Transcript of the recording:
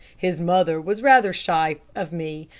his mother was rather shy of me,